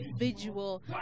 individual